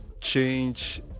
change